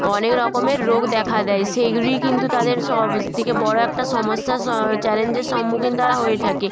অনেক রকমের রোগ দেখা দেয় সেইগুলিই কিন্তু তাদের সব থেকে বড়ো একটা সমস্যা স চ্যালেঞ্জের সম্মুখীন তারা হয়ে থাকে